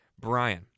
Brian